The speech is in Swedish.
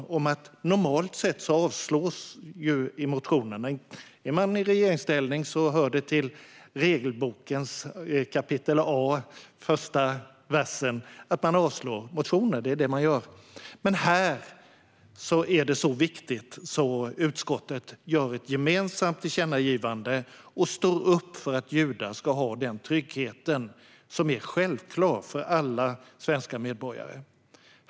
Normalt sett avslås motionerna. Om man är i regeringsställning hör det till regelbokens kapitel A, första versen, att man avslår motioner. Det är det man gör. Men här är det så viktigt att utskottet gör ett gemensamt tillkännagivande och står upp för att judar ska ha den trygghet som är självklar för alla svenska medborgare.